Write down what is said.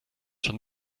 schon